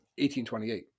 1828